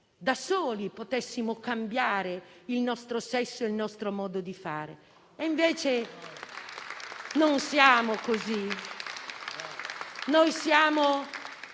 da soli potessimo cambiare il nostro sesso e il nostro modo di fare. Invece non siamo così, noi siamo